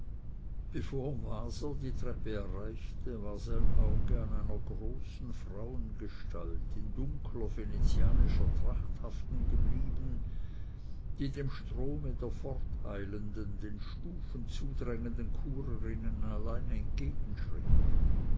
bevor waser die treppe erreichte war sein auge an einer großen frauengestalt in dunkler venezianischer tracht haftengeblieben die dem strome der forteilenden den stufen zudrängenden churerinnen allein entgegenschritt